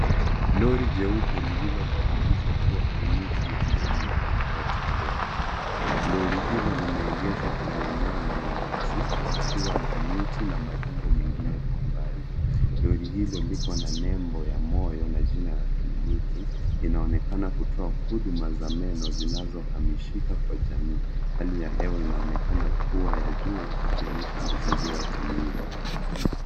Lori jeupe lililobadilishwa kuwa kliniki ya meno inayotembea. Lori hilo limeegeshwa kwenye eneo lenye nyasi, likiwa na miti na majengo mengine kwa mbali. Lori hilo lipo na nembo ya moyo na jina la kliniki linaonekana kutoa huduma za meno zinazohamishika kwa jamii. Hali ya hewa inaonekana kuwa ya jua ikionyesha mazingira tulivu.